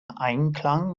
einklang